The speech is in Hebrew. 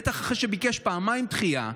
בטח אחרי שביקש פעמיים דחייה,